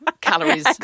calories